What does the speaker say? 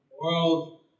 world